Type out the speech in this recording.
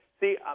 See